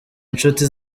nshuti